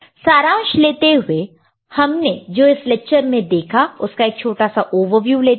सारांश लेते हुए हमने जो इस लेक्चर में देखा उसका एक छोटा सा ओवरव्यू लेते हैं